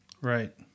Right